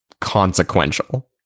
consequential